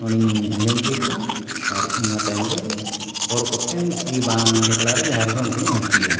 ᱚᱱᱟᱧ ᱟᱸᱡᱚᱢ ᱴᱷᱤᱠᱼᱟ ᱟᱨ ᱤᱱᱟᱹ ᱛᱟᱭᱚᱢ ᱫᱚ ᱦᱚᱲ ᱠᱚᱴᱷᱮᱱ ᱠᱤ ᱵᱟᱝ ᱮᱠᱞᱟ ᱨᱮ ᱡᱟᱦᱟᱸ ᱨᱮᱜᱮ ᱚᱸᱰᱮᱧ ᱟᱹᱲᱛᱤᱭᱟ